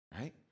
Right